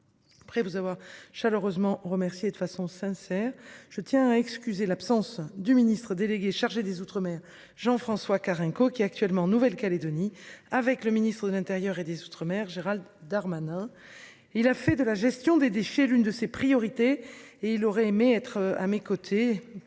Après vous avoir chaleureusement remercié de façon sincère, je tiens à excuser l'absence du ministre délégué chargé des Outre-mer Jean-François Carenco qui actuellement en Nouvelle-Calédonie avec le Ministre de l'Intérieur et des Outre-mer Gérald Darmanin. Il a fait de la gestion des déchets, l'une de ses priorités et il aurait aimé être à mes côtés.